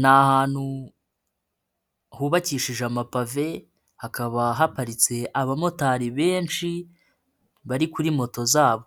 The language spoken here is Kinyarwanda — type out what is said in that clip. Ni ahantu hubakishije amapave hakaba haparitse abamotari benshi bari kuri moto zabo,